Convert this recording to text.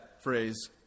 phrase